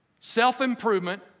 self-improvement